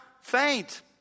faint